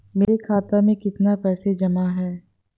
मेरे खाता में कितनी पैसे जमा हैं?